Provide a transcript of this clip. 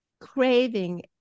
craving